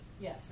yes